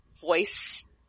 voice